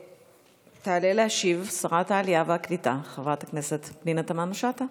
תעלה להשיב שרת העלייה והקליטה חברת הכנסת פנינה תמנו שטה,